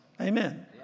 Amen